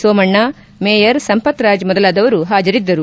Somanna mayor Sampath Raj ಮೊದಲಾದವರು ಹಾಜರಿದ್ದರು